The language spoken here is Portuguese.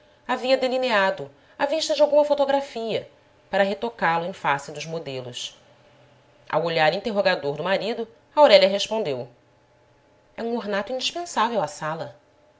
havia delineado à vista de alguma fotografia para retocá lo em face dos modelos ao olhar interrogador do marido aurélia respondeu é um ornato indispensável à sala